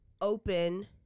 open